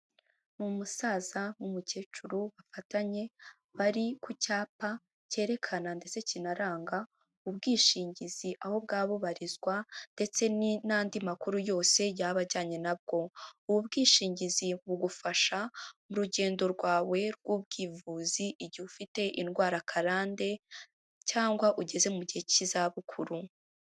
Umusaza n'umukecuru bafatanye bari ku cyapa cyerekana ndetse kinaranga ubwishingizi aho bwaba bubarizwa ndetse n'andi makuru yose yaba ajyanye nabwo. Ubu bwishingizi bugufasha mu rugendo rwawe rw'ubwivuzi igihe ufite indwara karande cyangwa ugeze mu gihe cy'izabukuru.